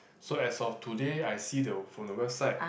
so as of today I see the from the website